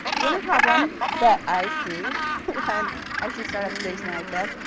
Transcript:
the only problem that i see when i see startups doing something like this,